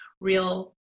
real